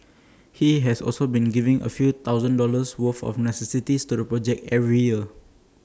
he has also been giving A few thousand dollars worth of necessities to the project every year